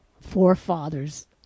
forefathers